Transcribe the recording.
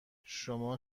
شما